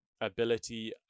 ability